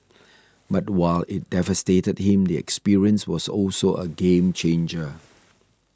but while it devastated him the experience was also a game changer